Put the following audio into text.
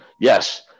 yes